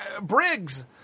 Briggs